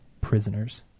prisoners